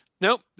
Nope